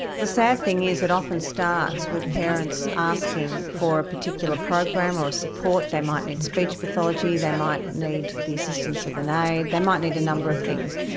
the sad thing is it often starts with parents asking for a particular program or a support. they might need speech pathology, they might need the assistance of an aide, they might need a number of things,